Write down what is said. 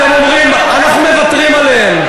אתם אומרים: אנחנו מוותרים עליהם,